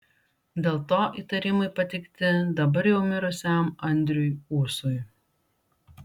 dėl to įtarimai pateikti dabar jau mirusiam andriui ūsui